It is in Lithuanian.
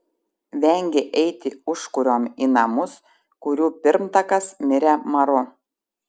vengė eiti užkuriom į namus kurių pirmtakas mirė maru